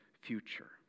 future